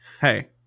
hey